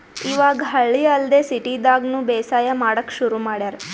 ಇವಾಗ್ ಹಳ್ಳಿ ಅಲ್ದೆ ಸಿಟಿದಾಗ್ನು ಬೇಸಾಯ್ ಮಾಡಕ್ಕ್ ಶುರು ಮಾಡ್ಯಾರ್